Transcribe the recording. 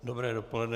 Dobré dopoledne.